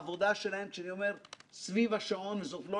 שלולא העבודה שלהן סביב השעון וזאת לא